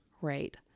Right